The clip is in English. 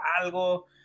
algo